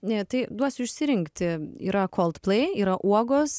tai duosiu išsirinkti yra coldplay yra uogos